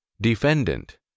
Defendant